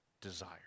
desire